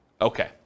Okay